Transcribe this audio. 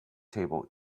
table